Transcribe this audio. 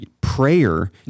Prayer